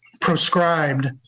proscribed